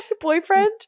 boyfriend